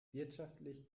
wirtschaftlich